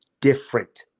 different